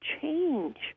change